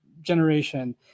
generation